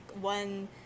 one